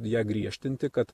ją griežtinti kad